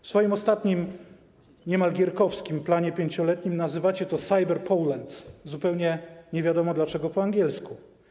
W swoim ostatnim niemal gierkowskim planie 5-letnim nazywacie to Cyber Poland, zupełnie nie wiadomo dlaczego po angielsku.